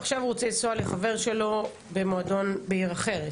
ועכשיו הוא רוצה לנסוע לחבר שלו במועדון בעיר אחרת.